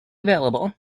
available